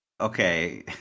Okay